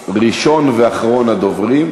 ראשון ואחרון הדוברים.